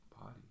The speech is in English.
body